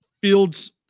Fields